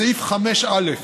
בסעיף 5(א)